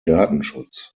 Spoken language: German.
datenschutz